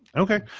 okay.